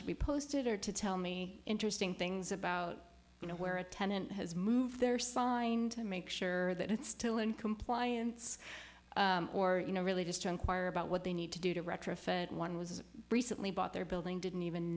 to be posted or to tell me interesting things about you know where a tenant has moved their spine to make sure that it's still in compliance or you know really just junk wire about what they need to do to retrofit one was recently bought their building didn't even